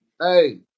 Hey